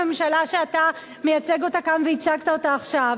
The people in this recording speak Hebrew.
הממשלה שאתה מייצג אותה כאן וייצגת אותה עכשיו,